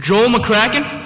joy mccracken